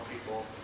people